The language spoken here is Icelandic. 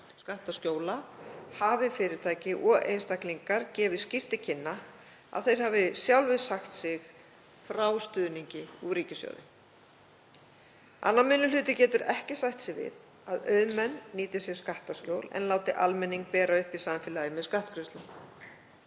skattaskjóla hafi fyrirtæki og einstaklingar gefið skýrt til kynna að þeir hafi sjálfir sagt sig frá stuðningi úr ríkissjóði. Annar minni hluti getur ekki sætt sig við að auðmenn nýti sér skattaskjól en láti almenning bera uppi samfélagið með skattgreiðslum.